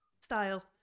style